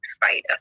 fight